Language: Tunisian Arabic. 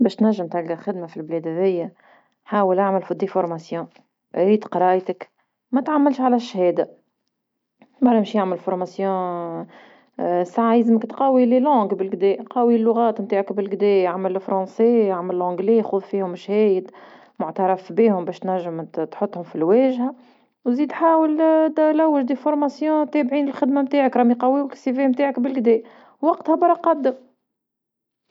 باش تنجم تلقى خدمة في البلاد هذايا، حاول اعمل في تكوينات ريت قرايتك ما تعملش على الشهادة، برا أمشي أعمل تكوين ساعة لازمك تقوي اللغات بالكدا، قوي اللغات نتاعك عمل الفرونسي. عمل لونجلي. خذ فيهم شهايد معترف بيهم باش تحطهم في الواجهة، وزيد حاول إبحث عن تكوين تابعين الخدمة نتاعك راهم يقويوك سيرة الذاتية نتاعك بلقدا وقتها برا قدم.